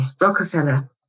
Rockefeller